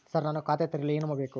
Sir ನಾನು ಖಾತೆ ತೆರೆಯಲು ಏನು ಬೇಕು?